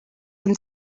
him